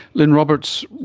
lynne roberts,